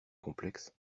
complexes